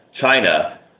China